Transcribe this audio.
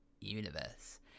Universe